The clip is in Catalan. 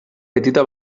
petita